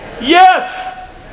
Yes